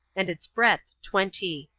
and its breadth twenty.